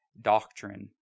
doctrine